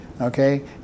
Okay